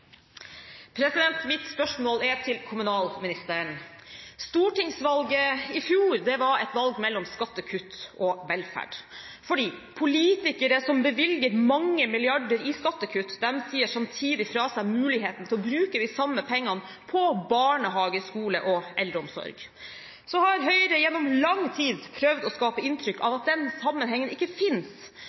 Mitt spørsmål går til kommunalministeren. Stortingsvalget i fjor var et valg mellom skattekutt og velferd. Det er fordi politikere som bevilger mange milliarder i skattekutt, samtidig sier fra seg muligheten til å bruke de samme pengene på barnehage, skole og eldreomsorg. Høyre har i lang tid prøvd å skape inntrykk av at den sammenhengen ikke